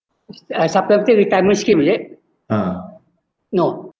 uh supplementary retirement scheme is it ah no